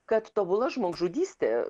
kad tobula žmogžudystė